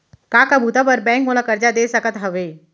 का का बुता बर बैंक मोला करजा दे सकत हवे?